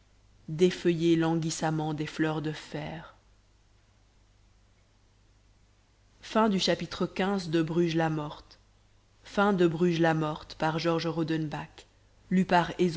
d'effeuiller languissamment des fleurs de fer